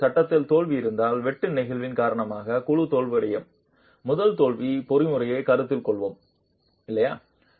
இப்போது சட்டத்தில் தோல்வி இருந்தால் வெட்டு நெகிழ் காரணமாக குழு தோல்வியடையும் முதல் தோல்வி பொறிமுறையை கருத்தில் கொள்வோம் இல்லையா